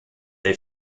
they